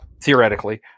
theoretically